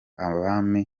abami